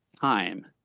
time